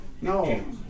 no